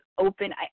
open